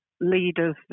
leaders